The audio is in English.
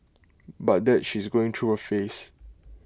but that she's going through A phase